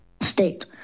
state